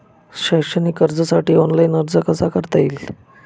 शैक्षणिक कर्जासाठी ऑनलाईन अर्ज कसा करता येईल?